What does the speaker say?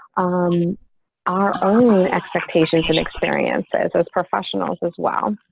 um our own expectations and experiences as professionals as well.